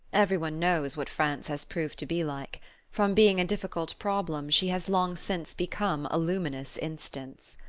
every one knows what france has proved to be like from being a difficult problem she has long since become a luminous instance.